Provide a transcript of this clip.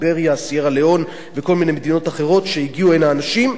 סיירה-לאון וכל מיני מדינות אחרות שהגיעו הנה אנשים מהן,